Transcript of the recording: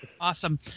Awesome